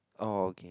oh okay